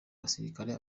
basirikare